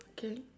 okay